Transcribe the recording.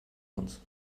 uns